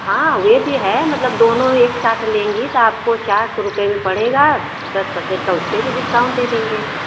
हाँ वे भी है मतलब दोनों एक साथ लेंगी तो आपको चार सौ रुपये में पड़ेगा दस परसेंट का उस पर भी डिस्काउंट दे देंगे